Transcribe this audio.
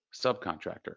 subcontractor